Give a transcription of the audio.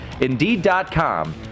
Indeed.com